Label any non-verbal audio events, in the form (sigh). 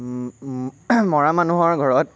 (unintelligible) মৰা মানুহৰ ঘৰত